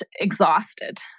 exhausted